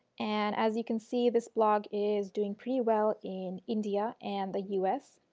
and as you can see this blog is doing pretty well in india and the us.